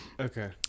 Okay